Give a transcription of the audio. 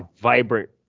vibrant